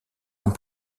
ans